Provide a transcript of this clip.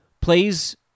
plays